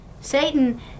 Satan